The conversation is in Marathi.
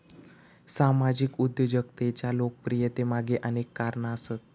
सामाजिक उद्योजकतेच्या लोकप्रियतेमागे अनेक कारणा आसत